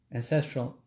ancestral